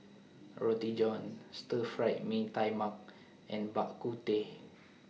Roti John Stir Fry Mee Tai Mak and Bak Kut Teh